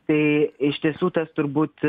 tai iš tiesų tas turbūt